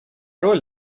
роль